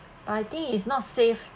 but I think is not safe